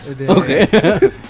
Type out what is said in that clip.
Okay